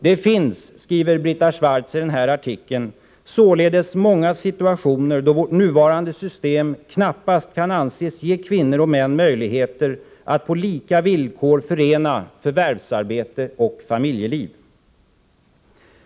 Det finns, skriver Brita Schwarz i den här artikeln, således många situationer då vårt nuvarande system knappast kan anses ge kvinnor och män möjligheter att på lika villkor förena förvärvsarbete och familjeliv.